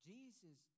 Jesus